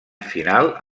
final